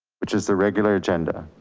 which is the regular agenda.